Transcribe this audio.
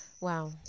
Wow